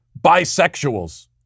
bisexuals